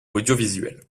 audiovisuels